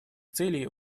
целей